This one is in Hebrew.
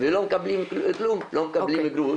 ולא מקבלים כלום, לא מקבלים גרוש